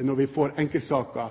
når vi får enkeltsaker